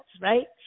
right